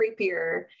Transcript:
creepier